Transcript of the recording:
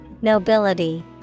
Nobility